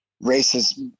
races